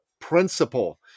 principle